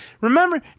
Remember